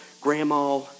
grandma